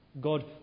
God